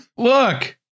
Look